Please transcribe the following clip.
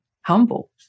humble